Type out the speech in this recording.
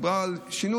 מדובר על שינוי,